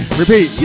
repeat